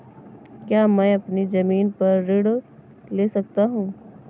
क्या मैं अपनी ज़मीन पर ऋण ले सकता हूँ?